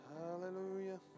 Hallelujah